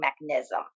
mechanism